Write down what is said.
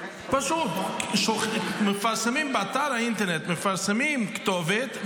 פשוט באתר האינטרנט מפרסמים כתובת,